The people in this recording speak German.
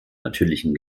natürlichen